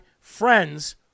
friends